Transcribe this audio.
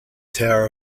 tower